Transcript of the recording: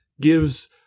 gives